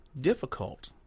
difficult